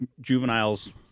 juveniles